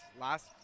last